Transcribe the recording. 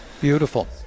Beautiful